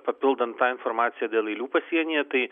papildant tą informaciją dėl eilių pasienyje tai